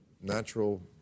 natural